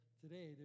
today